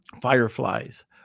Fireflies